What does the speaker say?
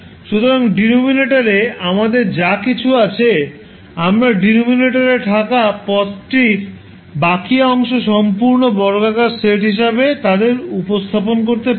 সুতরাং ডিনোমিনেটরে আমাদের যা কিছু আছে আমরা ডিনমিনেটরে থাকা পদটির বাকী অংশ সম্পূর্ণ বর্গাকার সেট হিসাবে তাদের উপস্থাপন করতে পারি